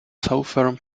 southern